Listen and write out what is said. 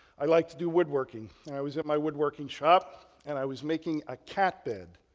i like to do woodworking. and i was at my woodworking shop and i was making a cat bed.